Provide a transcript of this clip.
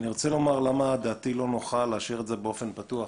למה דעתי לא נוחה להשאיר את זה באופן פתוח.